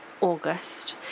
August